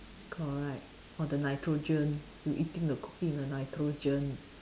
correct or the nitrogen you eating the cookie in the nitrogen